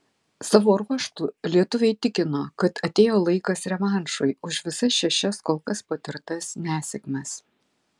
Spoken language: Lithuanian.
savo ruožtu lietuviai tikino kad atėjo laikas revanšui už visas šešias kol kas patirtas nesėkmes